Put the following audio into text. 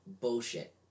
bullshit